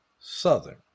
Southern